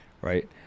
right